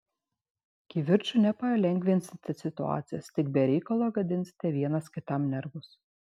kivirču nepalengvinsite situacijos tik be reikalo gadinsite vienas kitam nervus